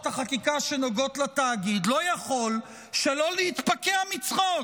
החקיקה שנוגעות לתאגיד לא יכול שלא להתפקע מצחוק.